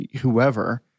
whoever